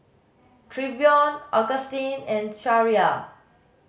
Trevion Augustin and Sariah